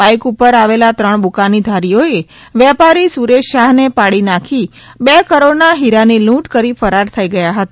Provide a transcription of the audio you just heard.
bike પર આવેલ ત્રણ બુકાનીધારીઓએ વેપારી સુરેશ શાહને પાડી નાંખી બે કરોડના હીરાની લુટ કરી ફરાર થઇ ગયા હતા